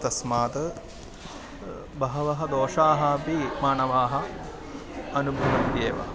तस्मात् बहवः दोषाः अपि मानवाः अनु भवन्त्येव